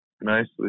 nicely